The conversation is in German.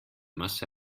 masse